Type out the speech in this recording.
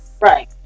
Right